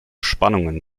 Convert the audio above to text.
spannungen